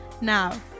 Now